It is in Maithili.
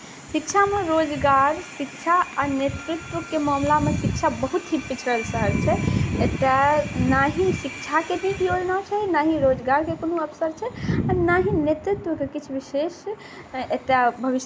शिक्षामे रोजगार शिक्षा आ नेतृत्वके मामिलामे शिक्षा बहुत ही पिछड़ल शहर छै एतय ना ही शिक्षाके नीक योजना छै ना ही रोजगारके कोनो अवसर छै आ ना ही नेतृत्वके किछु विशेष एतय भविष्य